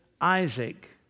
Isaac